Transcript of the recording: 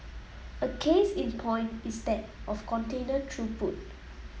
a case in point is that of container throughput